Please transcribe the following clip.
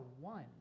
one